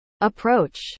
approach